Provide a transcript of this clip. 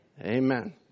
Amen